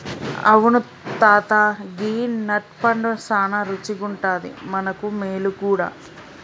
అవును తాత గీ నట్ పండు సానా రుచిగుండాది మనకు మేలు గూడా